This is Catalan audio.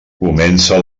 comença